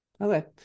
Okay